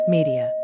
Media